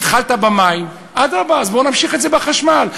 התחלת במים, אדרבה, אז בוא ונמשיך את זה בחשמל.